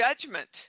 judgment